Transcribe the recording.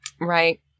Right